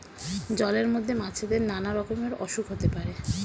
জলের মধ্যে মাছেদের নানা রকমের অসুখ হতে পারে